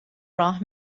راه